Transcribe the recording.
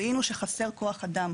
זיהינו שחסר כוח-אדם.